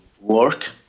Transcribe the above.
work